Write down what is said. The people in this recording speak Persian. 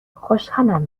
خوشحالم